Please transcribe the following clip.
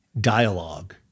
dialogue